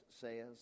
says